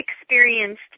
experienced